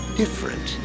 different